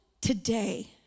today